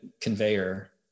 conveyor